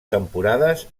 temporades